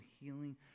healing